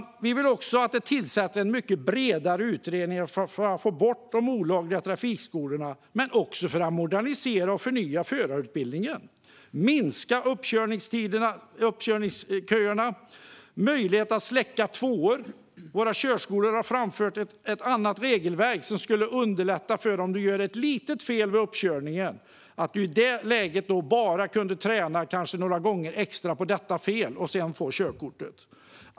Utskottet vill också att en bredare utredning ska tillsättas med uppgift att få bort de olagliga trafikskolorna, modernisera och förnya förarutbildningen, korta uppkörningsköerna och göra det möjligt att "släcka tvåan". Körskolorna har framfört förslag om ett regelverk som skulle underlätta för dem när eleven har gjort ett litet fel vid uppkörningen. Då skulle eleven i det läget kunna träna några gånger extra på det moment som gick fel och sedan få körkortet.